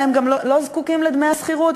והם גם לא זקוקים לדמי השכירות,